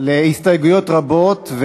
להסתייגויות רבות.